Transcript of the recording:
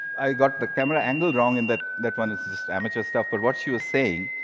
i got the camera angle wrong. and that that one is just amateur stuff, but what she was saying,